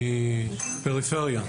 אני פריפריה,